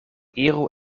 iru